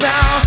Now